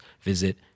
visit